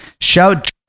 Shout